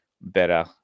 better